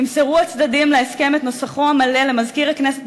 ימסרו הצדדים להסכם את נוסחו המלא למזכיר הכנסת,